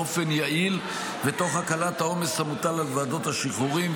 באופן יעיל ותוך הקלת העומס המוטל על ועדות השחרורים.